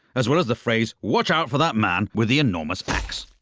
as well as the phrase watch out for that man with the enormous axe